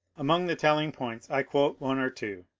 among the telling points i quote one or two.